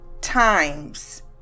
times